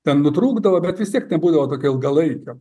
ten nutrūkdavo bet vis tiek nebūdavo tokio ilgalaikio